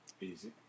Easy